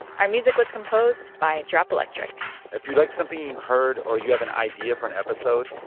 our music was composed by drop electric if you like something you heard or you have an idea for an episode,